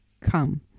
come